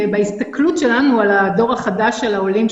בהסתכלות שלנו על הדור החדש של העולים,